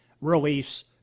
release